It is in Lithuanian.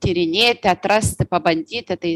tyrinėti atrasti pabandyti tai